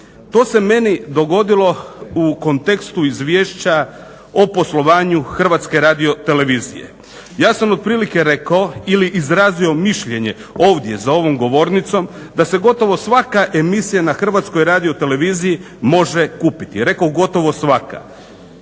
To se meni dogodilo u kontekstu izvješća o poslovanju HRT-a. ja sam otprilike rekao ili izrazio mišljenje ovdje za ovom govornicom, da se gotovo svaka emisija na HRT-i može kupiti, rekoh gotovo svaka.